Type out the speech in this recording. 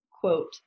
quote